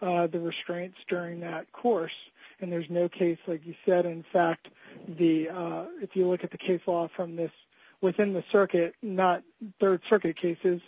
the restraints during that course and there's no case like you said in fact the if you look at the case off from this within the circuit not rd circuit cases